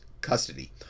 custody